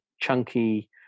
chunky